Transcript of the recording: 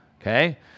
Okay